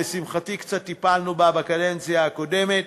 ולשמחתי קצת טיפלנו בה בקדנציה הקודמת,